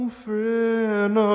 friend